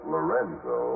Lorenzo